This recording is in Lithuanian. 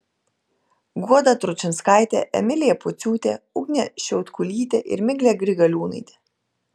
guoda tručinskaitė emilija pociūtė ugnė šiautkulytė ir miglė grigaliūnaitė